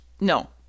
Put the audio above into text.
no